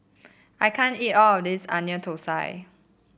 I can't eat all of this Onion Thosai